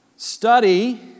Study